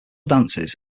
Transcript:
dances